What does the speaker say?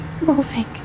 moving